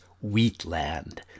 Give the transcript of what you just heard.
Wheatland